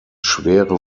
schwere